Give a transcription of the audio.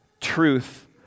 truth